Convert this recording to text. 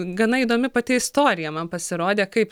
gana įdomi pati istorija man pasirodė kaip